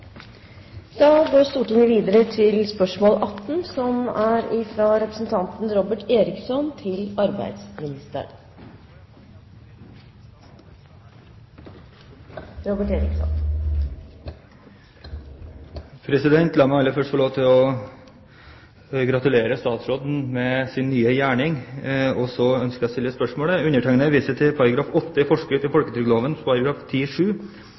La meg aller først få lov til å gratulere statsråden med sin nye gjerning. Og så ønsker jeg å stille spørsmålet: «Undertegnede viser til § 8 i